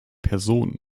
person